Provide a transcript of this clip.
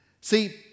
See